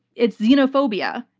it's xenophobia.